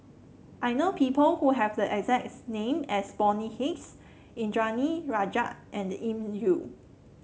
I know people who have the exact name as Bonny Hicks Indranee Rajah and Elim Chew